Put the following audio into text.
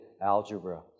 algebra